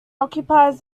occupies